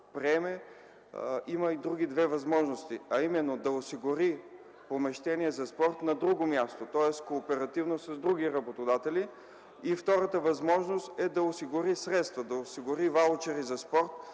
има и други две възможности: да осигури помещение за спорт на друго място, кооперирайки се с други работодатели; втората възможност е да осигури средства, ваучери за спорт